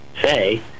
say